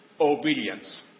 Obedience